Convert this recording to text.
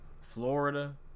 Florida